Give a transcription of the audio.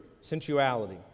sensuality